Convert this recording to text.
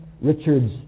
Richard's